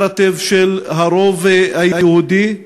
נרטיב של הרוב היהודי,